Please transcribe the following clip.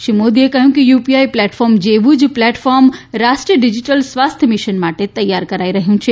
શ્રી મોદીએ કહ્યું કે યુપીઆઈ પ્લેટફોર્મ જેવું જ પ્લેટફોર્મ રાષ્ટ્રીય ડીજીટલ સ્વાસ્થ મિશન માટે તૈયાર કરાઈ રહ્યું છે